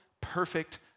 perfect